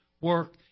work